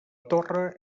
torre